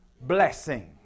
blessing